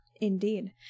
Indeed